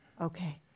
Okay